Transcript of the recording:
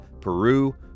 Peru